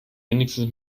wenigstens